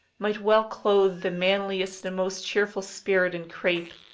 might well clothe the manliest and most cheerful spirit in crape,